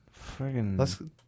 Friggin